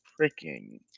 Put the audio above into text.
freaking